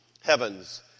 heavens